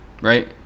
right